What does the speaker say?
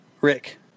Rick